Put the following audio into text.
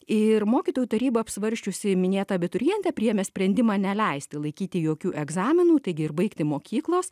ir mokytojų taryba apsvarsčiusi minėtą abiturientę priėmė sprendimą neleisti laikyti jokių egzaminų taigi ir baigti mokyklos